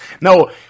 No